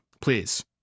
please